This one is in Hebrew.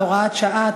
הוראת שעה),